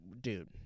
Dude